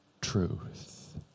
truth